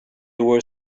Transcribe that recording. were